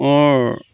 মোৰ